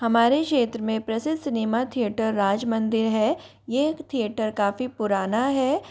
हमारे क्षेत्र में प्रसिद्ध सिनेमा थिएटर राजमंदिर है ये एक थिएटर काफ़ी पुराना है